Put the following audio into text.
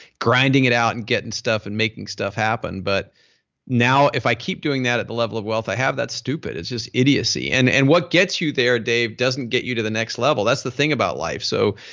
grinding it out and getting and stuff and making stuff happen. but now if i keep doing that at the level of wealth i have that's stupid it's just idiocy. and and what gets you there dave doesn't get you to the next level. that's the thing about life. so,